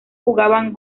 jugaban